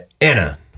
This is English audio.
Anna